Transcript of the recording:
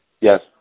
Yes